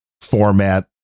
format